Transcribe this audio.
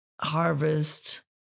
Harvest